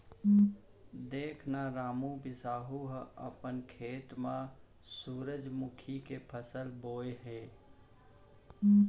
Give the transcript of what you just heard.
देख न रामू, बिसाहू ह अपन खेत म सुरूजमुखी के फसल बोय हे